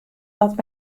wat